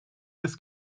this